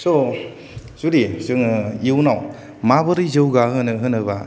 स जुदि जोङो इयुनाव माबोरै जौगाहोनो होनोबा